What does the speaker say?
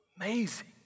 Amazing